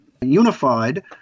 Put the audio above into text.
unified